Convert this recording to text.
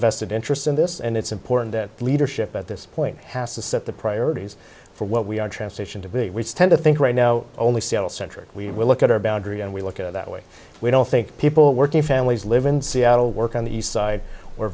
vested interest in this and it's important that leadership at this point has to set the priorities for what we are transmission to be we tend to think right now only seattle centric we will look at our boundary and we look at that way we don't think people working families live in seattle work on the east side or